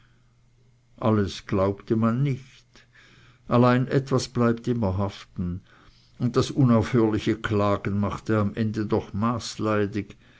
alles glaubte man nicht allein etwas blieb immer haften und das unaufhörliche klagen machte am ende doch maßleidig